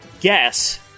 guess